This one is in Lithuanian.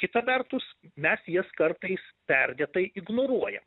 kita vertus mes jas kartais perdėtai ignoruojam